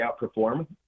outperform